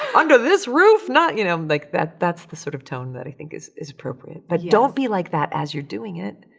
under this roof? not, you know, like, that's the sort of tone that i think is is appropriate. but don't be like that as you're doing it.